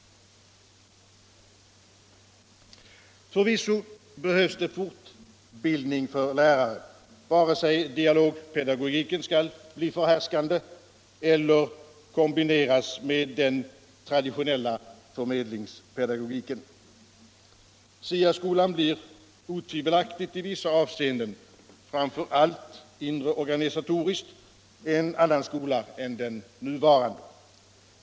Förvisso behövs det fortbildning för lärare, vare sig dialogpedagogiken skall bli förhärskande eller kombineras med den traditionella förmedlingspedagogiken. SIA-skolan blir otvivelaktigt i vissa avseenden — framför allt inreorganisatoriskt — en annan skola än den nuvarande.